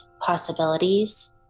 possibilities